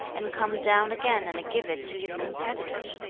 and come down again and give it to his competitor.